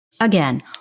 Again